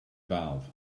valve